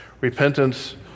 Repentance